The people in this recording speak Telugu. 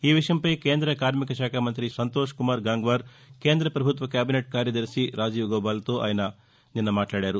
ఈ విషయంపై కేంద్ర కార్మిక శాఖ మంతి సంతోష్ కుమార్ గంగ్వార్ కేంద్ర పభుత్వ కేబినెట్ కార్యదర్శి రాజీవ్ గౌబాలతో ఆయన నిన్న మాట్లాడారు